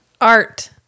Art